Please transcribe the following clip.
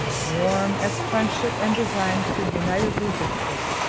warm as friendship and design could unitedly dictate.